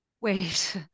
Wait